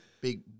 big